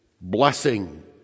blessing